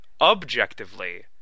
objectively